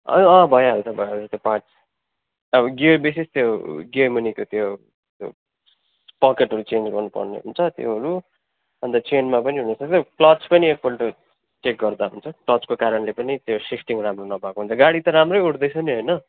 भइहाल्छ भइहाल्छ त्यो पार्ट्स अब गियर विशेष त्यो गियर मुनिको त्यो पकेटहरू चेन्ज गर्नु पर्ने हुन्छ त्योहरू अन्त चेनमा पनि हुनु सक्छ क्लच पनि एकपल्ट चेक गर्दा हुन्छ क्लचको कारणले पनि त्यो सिफ्टिङ राम्रो नभएको हुन्छ गाडी त राम्रै उठ्दैछ नि होइन